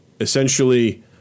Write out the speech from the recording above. essentially